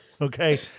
Okay